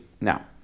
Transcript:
Now